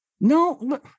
No